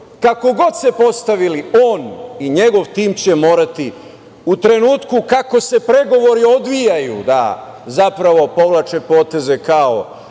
kako god se postavili, on i njegov tim će morati u trenutku kako se pregovori odvijaju, da zapravo povlače poteze kao